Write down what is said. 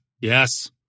Yes